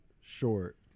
short